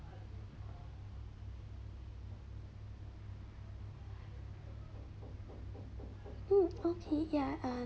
hmm okay ya uh